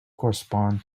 correspond